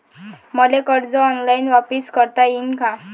मले कर्ज ऑनलाईन वापिस करता येईन का?